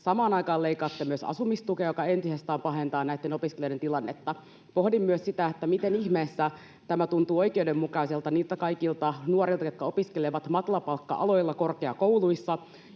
Samaan aikaan leikkaatte myös asumistukea, joka entisestään pahentaa opiskelijoiden tilannetta. Pohdin myös sitä, miten ihmeessä tämä tuntuu oikeudenmukaiselta niistä kaikista nuorista, jotka opiskelevat matalapalkka-aloilla korkeakouluissa.